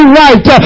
right